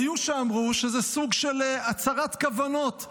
היו שאמרו שזה סוג של הצהרת כוונות,